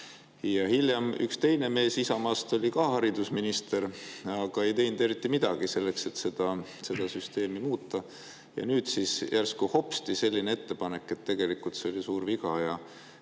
oli ka üks teine mees Isamaast haridusminister, aga ta ei teinud eriti midagi selleks, et seda süsteemi muuta. Ja nüüd siis järsku – hopsti! – selline ettepanek [ja ütlete], et tegelikult see oli suur viga ja